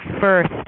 first